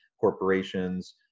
corporations